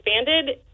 expanded